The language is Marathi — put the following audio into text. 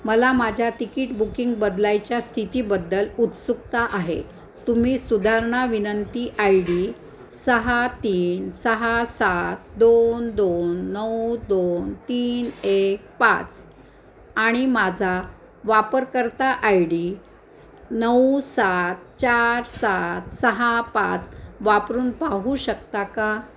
मला माझ्या तिकीट बुकिंग बदलायच्या स्थितीबद्दल उत्सुकता आहे तुम्ही सुधारणा विनंती आय डी सहा तीन सहा सात दोन दोन नऊ दोन तीन एक पाच आणि माझा वापरकर्ता आय डी नऊ सात चार सात सहा पाच वापरून पाहू शकता का